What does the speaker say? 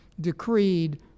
decreed